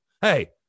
hey